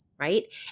right